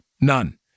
None